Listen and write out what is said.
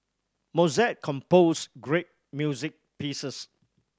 Mozart composed great music pieces